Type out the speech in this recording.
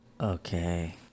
Okay